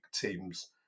teams